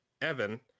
Evan